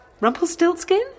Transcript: Rumpelstiltskin